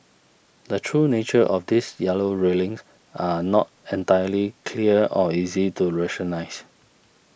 the true nature of these yellow railings are not entirely clear or easy to rationalise